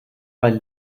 weil